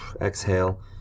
exhale